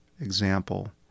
example